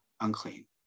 unclean